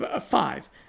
Five